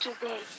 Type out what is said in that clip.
today